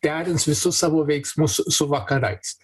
derins visus savo veiksmus su vakarais